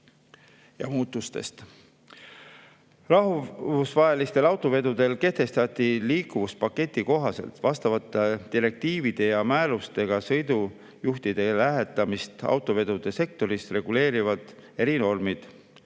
muutustest. Rahvusvahelistel autovedudel kehtestati liikuvuspaketi kohaselt vastavate direktiivide ja määrustega sõidukijuhtide lähetamist autovedude sektoris reguleerivad erinormid